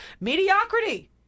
Mediocrity